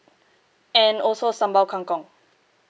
and also sambal kangkong